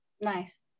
Nice